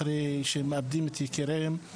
אחרי שהם מאבדים את יקיריהם.